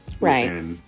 Right